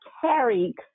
carried